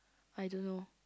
I don't know